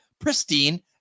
pristine